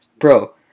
bro